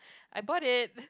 I bought it